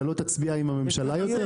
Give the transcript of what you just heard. אתה לא תצביע עם הממשלה יותר?